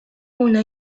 una